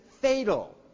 fatal